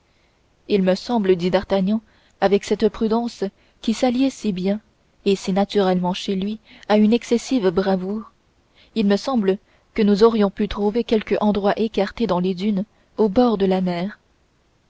il me semble dit d'artagnan avec cette prudence qui s'alliait si bien et si naturellement chez lui à une excessive bravoure il me semble que nous aurions pu trouver quelque endroit écarté dans les dunes au bord de la mer